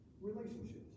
relationships